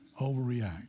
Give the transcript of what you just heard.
overreact